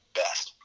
best